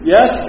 Yes